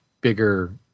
bigger